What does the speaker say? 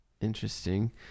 Interesting